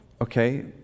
okay